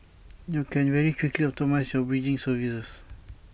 you can very quickly optimise your bridging services